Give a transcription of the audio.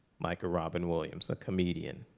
like a robin williams, a comedian.